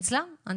אצלם.